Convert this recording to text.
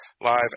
live